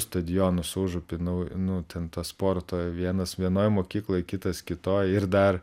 stadionus užupy nu nu ten tas sporto vienas vienoj mokykloj kitas kitoj ir dar